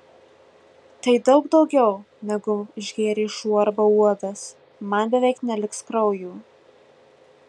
tai daug daugiau negu išgėrė šuo arba uodas man beveik neliks kraujo